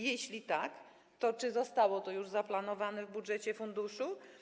Jeśli tak, to czy zostało to już zaplanowane w budżecie funduszu?